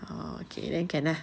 orh okay then can ah